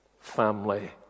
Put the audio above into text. family